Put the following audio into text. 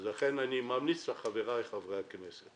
לכן, אני ממליץ לחבריי חברי הכנסת